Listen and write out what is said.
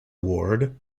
ward